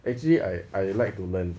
actually I I like to learn